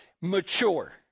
mature